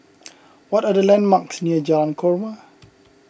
what are the landmarks near Jalan Korma